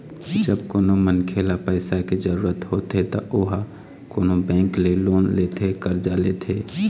जब कोनो मनखे ल पइसा के जरुरत होथे त ओहा कोनो बेंक ले लोन लेथे करजा लेथे